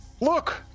Look